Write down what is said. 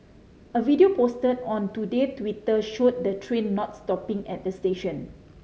a video posted on Today Twitter showed the train not stopping at the station